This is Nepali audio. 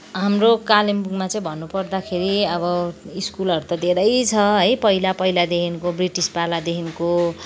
हाम्रो कालिम्पोङमा चाहिँ भन्नु पर्दाखेरि अब स्कुलहरू त धेरै छ है पहिला पहिलादेखिको ब्रिटिस पालादेखिको